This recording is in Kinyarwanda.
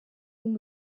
y’uyu